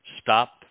Stop